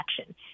action